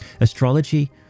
astrology